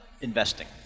investing